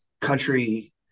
country